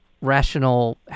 rational